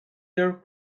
their